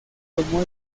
tomó